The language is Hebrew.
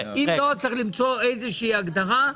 אם לא צריך למצוא איזו שהיא הגדרה,